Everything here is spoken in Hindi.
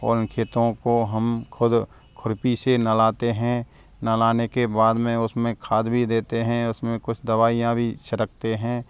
और उन खेतों को हम खुद खुरपी से नहलाते हैं नहलाने के बाद में उसमें खाद भी देते हैं उसमें कुछ दवाइयाँ भी छिड़कते हैं